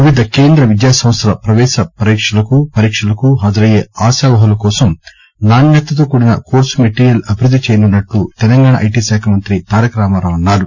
వివిధ కేంద్ర విద్యాసంస్దల పవేశ పరీక్షలకు పరీక్షలకు హాజరయ్యే ఆశావహుల కోసం నాణ్యతతో కూడిన కోర్సు మెటీరియల్ అభివృద్ధి చేయనున్నట్టు తెలంగాణ ఐటీ శాఖ మంఁతి తారక రామారావు చెప్పారు